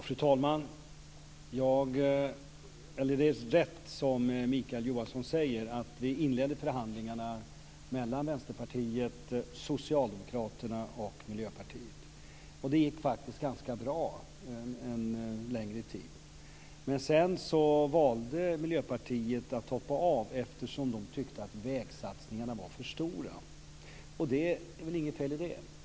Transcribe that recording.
Fru talman! Det är rätt som Mikael Johansson säger att vi inledde förhandlingarna mellan Vänsterpartiet, Socialdemokraterna och Miljöpartiet. Det gick faktiskt ganska bra en längre tid. Miljöpartiet valde sedan att hoppa av eftersom det tyckte att vägsatsningarna var för stora. Det är inget fel i det.